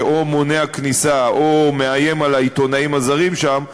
שאו מונע כניסה או מאיים על העיתונאים הזרים שם,